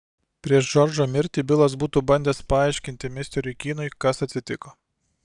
prieš džordžo mirtį bilas būtų bandęs paaiškinti misteriui kynui kas atsitiko